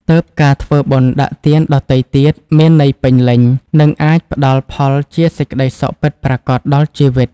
ទើបការធ្វើបុណ្យដាក់ទានដទៃទៀតមានន័យពេញលេញ និងអាចផ្តល់ផលជាសេចក្ដីសុខពិតប្រាកដដល់ជីវិត។